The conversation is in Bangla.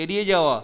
এড়িয়ে যাওয়া